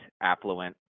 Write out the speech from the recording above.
affluent